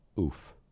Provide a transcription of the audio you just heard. Oof